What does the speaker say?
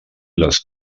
les